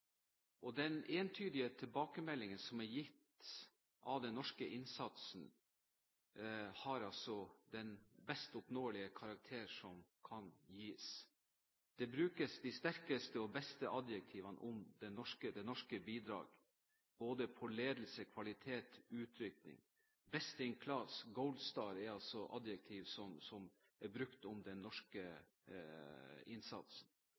som ble gitt når det gjelder den norske innsatsen – den får den best oppnåelige karakter som kan gis. Det brukes de sterkeste og beste adjektiver om det norske bidraget, både om ledelse, kvalitet og utrykning. «Best in Class» og «Gold Star» er adjektiv som blir brukt om den norske